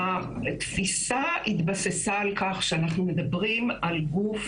התפיסה התבססה על כך שאנחנו מדברים על גוף